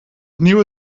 opnieuw